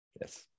Yes